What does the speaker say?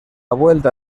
vuelta